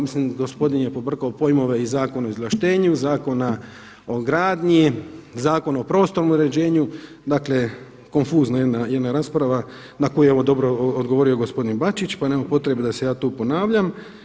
Mislim, gospodin je pobrkao pojmove iz Zakona o izvlaštenju, Zakona o gradnji, Zakona o prostornom uređenju, dakle konfuzna jedna rasprava na koju je evo dobro odgovorio gospodin Bačić pa nema potrebe da se ja tu ponavljam.